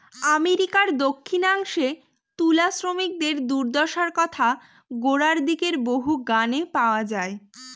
আমেরিকার দক্ষিনাংশে তুলা শ্রমিকদের দূর্দশার কথা গোড়ার দিকের বহু গানে পাওয়া যায়